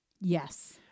Yes